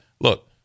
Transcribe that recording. Look